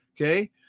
okay